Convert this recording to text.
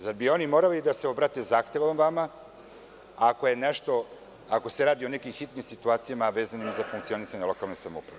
Zar bi oni morali da se obrate zahtevom vama, ako se radi o nekim hitnim situacijama vezanim za funkcionisanje lokalne samouprave?